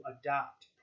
adopt